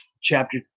chapter